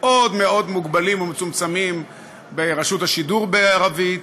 מאוד מאוד מוגבלים ומצומצמים ברשות השידור בערבית.